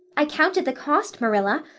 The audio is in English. i counted the cost, marilla.